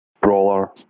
Brawler